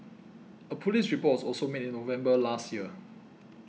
a police report was also made in November last year